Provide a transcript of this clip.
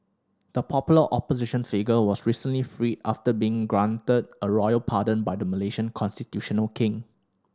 the popular opposition figure was recently freed after being granted a royal pardon by the Malaysian constitutional king